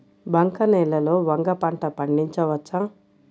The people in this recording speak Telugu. బంక నేలలో వంగ పంట పండించవచ్చా?